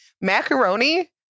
macaroni